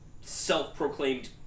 self-proclaimed